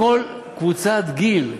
בכל קבוצת גיל,